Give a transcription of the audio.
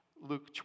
Luke